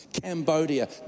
Cambodia